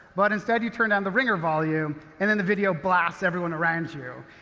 but instead, you turn down the ringer volume and then the video blasts everyone around you.